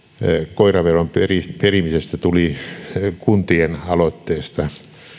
koiraveron perimisestä tuli kuntien aloitteesta